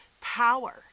power